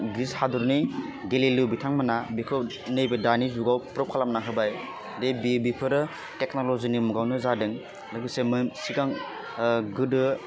grease हादरनि Galileo बिथांमोनहा बिखौ नैबे दानि जुगाव प्रुफ खालामना होबाय दे बे बिफोरो टेक्न'लजिनि मुगावनो जादों लोगोसे सिगां गोदो